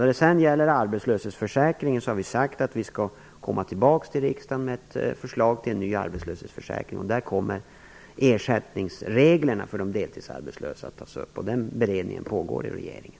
När det gäller arbetslöshetsförsäkringen har vi sagt att vi skall komma tillbaka till riksdagen med förslag till en ny arbetslöshetsförsäkring. Där kommer ersättningsreglerna för de deltidsarbetslösa att tas upp. Den beredningen pågår i regeringen.